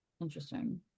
Interesting